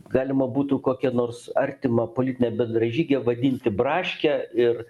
galima būtų kokią nors artimą politinę bendražygę vadinti braške ir